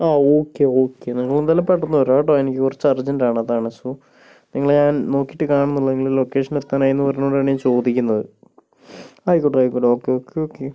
ആ okay okay നിങ്ങളെന്തായാലും പെട്ടന്ന് വരൂ കേട്ടോ എനിക്ക് കുറച്ച് അർജന്റാണ് അതാണ് സോ നിങ്ങളെ ഞാൻ നോക്കിയിട്ട് കാണുന്നില്ല നിങ്ങൾ ലൊക്കേഷൻ എത്തുകയാണെന്ന് പറഞ്ഞതുകൊണ്ടാണ് ഞാൻ ചോദിക്കുന്നത് ആയിക്കോട്ടെ ആയിക്കോട്ടെ ഓക്കെ ഓക്കെ ഓക്കെ